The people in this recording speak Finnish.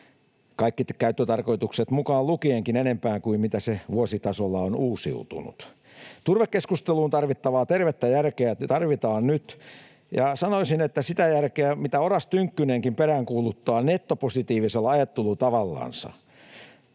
kaikki käyttötarkoitukset mukaan lukienkaan, enempää kuin mitä se vuositasolla on uusiutunut. Turvekeskusteluun tarvittavaa tervettä järkeä tarvitaan nyt, ja sanoisin, että sitä järkeä, mitä Oras Tynkkynenkin peräänkuuluttaa nettopositiivisella ajattelutavallansa.